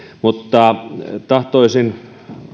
tahtoisin